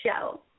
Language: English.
show